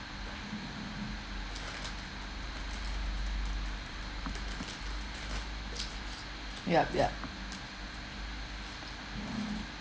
yep yep